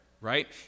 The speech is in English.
right